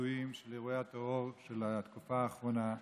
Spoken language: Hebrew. והפצועים באירועי הטרור של התקופה האחרונה,